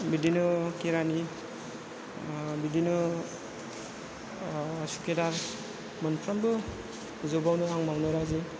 बिदिनो खेरानि बिदिनो सुकिदार मोनफ्रोमबो जबावनो आं मावनो राजि